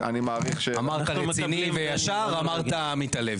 ואני מעריך --- אמרת רציני וישר אמרת עמית הלוי.